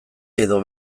edo